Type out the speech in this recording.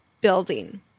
Building